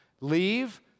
Leave